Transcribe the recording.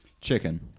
Chicken